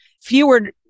Fewer